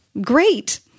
Great